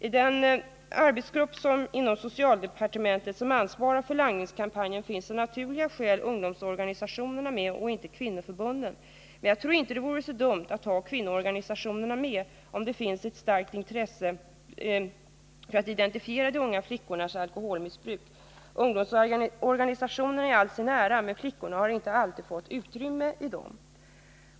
I den arbetsgrupp på socialdepartementet som ansvarar för langningskampanjen finns av naturliga skäl ungdomsorganisationerna med men inte kvinnoförbunden. Men jag tror inte att det vore så dumt att ha kvinnoorganisationerna med, om det finns ett starkt intresse för att identifiera de unga flickornas alkoholmissbruk. Ungdomsorganisationerna i all ära, men flickorna har inte alltid fått någon plats i dessa.